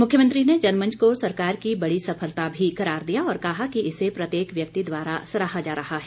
मुख्यमंत्री ने जनमंच को सरकार की बड़ी सफलता भी करार दिया और कहा कि इसे प्रत्येक व्यक्ति द्वारा सराहा जा रहा है